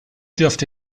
dürfte